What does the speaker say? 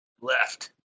Left